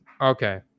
Okay